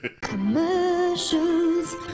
Commercials